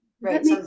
Right